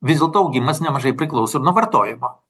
vis dėlto augimas nemažai priklauso ir nuo vartojimo